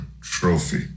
Trophy